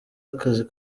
akazi